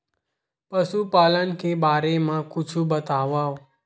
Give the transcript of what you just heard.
पशुपालन के बारे मा कुछु बतावव?